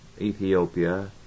Ethiopia